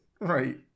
Right